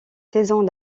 saison